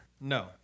No